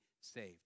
saved